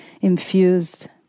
infused